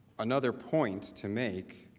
another point to make.